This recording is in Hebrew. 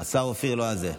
השר אופיר, לא על זה.